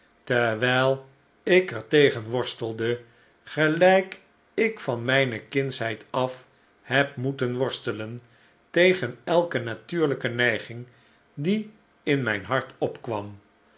terwijl ik er tegen worstelde gelijk ik van mijne kindsheid af heb moeten worstelen tegen elke natuurlijke neiging die in mijn hart opkwam